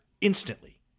instantly